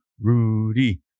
Rudy